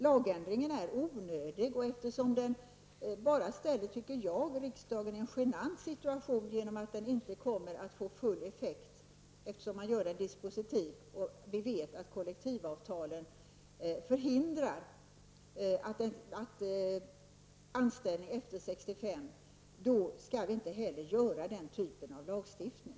Lagändringen är onödig, eftersom den bara, tycker jag, ställer riksdagen i en genant situation genom att den inte kommer att få full effekt. Eftersom den görs dispositiv och vi vet att kollektivavtal förhindrar anställning efter 65 års ålder skall vi inte heller stifta den typen av lag.